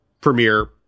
premiere